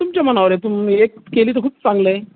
तुमच्या मनावर आहे तुम्ही एक केली तरं खूप चांगलं आहे